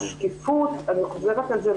אני חוזרת על זה,